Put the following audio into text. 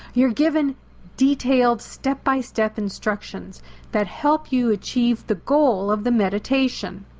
you're given detailed step-by-step instructions that help you achieve the goal of the meditation.